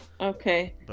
okay